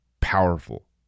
powerful